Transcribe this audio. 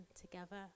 together